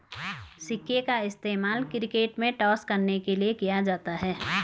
सिक्के का इस्तेमाल क्रिकेट में टॉस करने के लिए किया जाता हैं